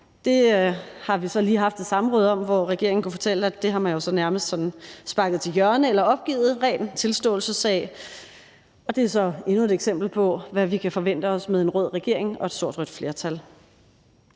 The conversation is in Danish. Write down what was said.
Det har vi så lige haft et samråd om, hvor regeringen kunne fortælle, at det har man så nærmest sådan sparket til hjørne eller opgivet – en ren tilståelsessag. Og det er så endnu et eksempel på, hvad vi kan forvente os med en rød regering og et stort rødt flertal.